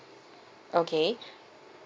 okay